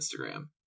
Instagram